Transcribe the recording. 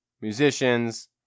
musicians